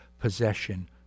possession